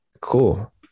Cool